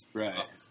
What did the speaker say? right